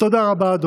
תודה רבה.